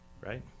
Right